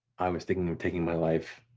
i was thinking of taking my life,